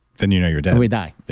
then you know you're dead we die